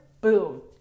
boom